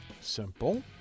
Simple